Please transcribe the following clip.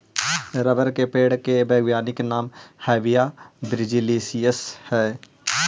rubber के पेड़ के वैज्ञानिक नाम हैविया ब्रिजीलिएन्सिस हइ